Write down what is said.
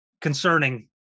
concerning